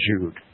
Jude